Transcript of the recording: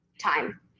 time